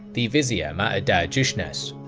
the vizier mahadharjushnas.